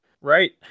Right